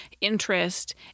interest